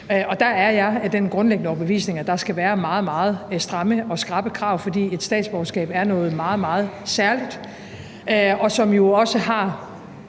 der er jeg af den grundlæggende overbevisning, at der skal være meget, meget stramme og skrappe krav, fordi et statsborgerskab er noget meget, meget særligt, som jo også har